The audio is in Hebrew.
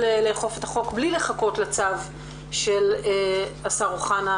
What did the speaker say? לאכוף את החוק בלי לחכות לצו של השר אוחנה,